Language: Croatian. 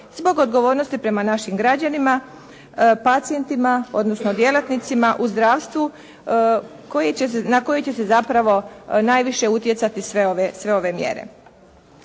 Zbog odgovornosti prema našim građanima, pacijentima, odnosno djelatnicima u zdravstvu na koje će se zapravo najviše utjecati sve ove mjere.